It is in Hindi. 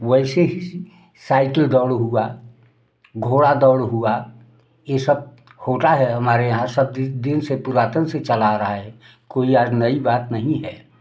वैसे ही साइकिल दौड़ हुआ घोड़ा दौड़ हुआ ये सब होता है हमारे यहाँ सब दी दिन से पुरातन से चला आ रहा है कोई आज नई बात नहीं है